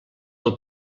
del